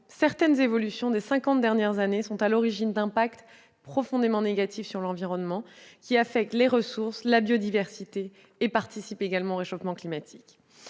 certaines évolutions des cinquante dernières années sont à l'origine d'impacts profondément négatifs sur l'environnement. Elles affectent ainsi les ressources et la biodiversité et participent au réchauffement climatique.